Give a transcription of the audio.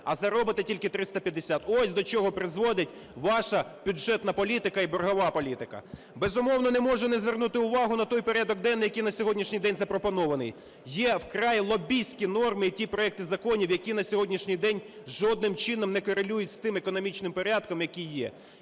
а заробите тільки 350. Ось до чого призводить ваша бюджетна політика і боргова політика. Безумовно, не можна не звернути увагу на той порядок денний, який на сьогоднішній день запропонований. Є вкрай лобістські норми і ті проекти законів, які на сьогоднішній день жодним чином не корелюються з тим економічним порядком, який є.